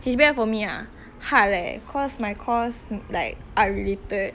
H_B_L for me ah hard leh cause my course like art related